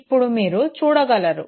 ఇప్పుడు మీరు చూడగలరు